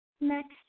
next